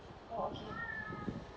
orh okay